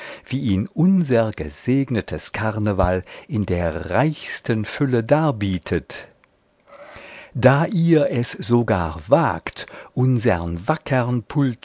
wie ihn unser gesegnetes karneval in der reichsten fülle darbietet da ihr es sogar wagt unsern wackern